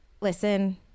Listen